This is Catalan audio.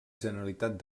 generalitat